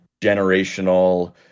generational